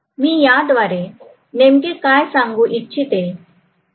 मी याद्वारे नेमके काय सांगू इच्छिते